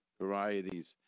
varieties